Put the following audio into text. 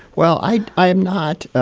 well, i i am not